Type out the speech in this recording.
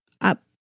up